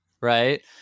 right